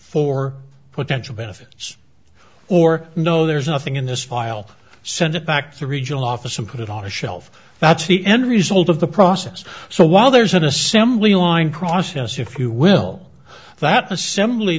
for potential benefits or no there's nothing in this file send it back to the regional office and put it on a shelf that's the end result of the process so while there's an assembly line process if you will that